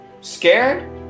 Scared